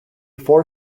four